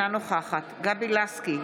אינה נוכחת גבי לסקי,